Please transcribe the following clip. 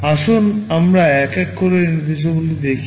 আসুন আমরা এক এক করে এই নির্দেশাবলী দেখি